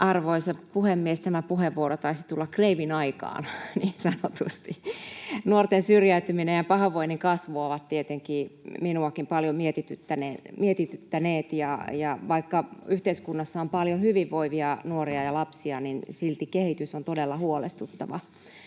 Arvoisa puhemies! Tämä puheenvuoro taisi tulla kreivin aikaan, niin sanotusti. Nuorten syrjäytyminen ja pahoinvoinnin kasvu ovat tietenkin minuakin paljon mietityttäneet, ja vaikka yhteiskunnassa on paljon hyvinvoivia nuoria ja lapsia, niin silti kehitys on todella huolestuttava.